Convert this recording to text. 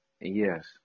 Yes